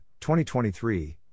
2023